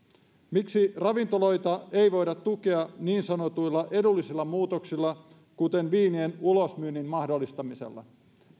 miksi ravintoloita ei voida tukea niin sanotuilla edullisilla muutoksilla kuten viinien ulosmyynnin mahdollistamisella